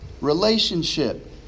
relationship